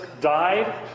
died